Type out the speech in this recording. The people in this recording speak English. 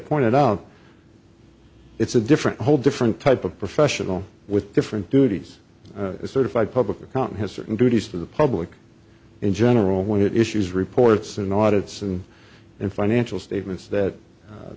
pointed out it's a different a whole different type of professional with different duties a certified public accountant has certain duties for the public in general when it issues reports and audits and and financial statements that